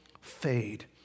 fade